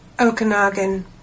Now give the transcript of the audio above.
Okanagan